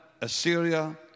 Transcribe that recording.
Assyria